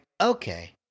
okay